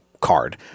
card